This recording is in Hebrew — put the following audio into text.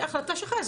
החלטה שלך.